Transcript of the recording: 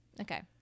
Okay